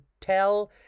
tell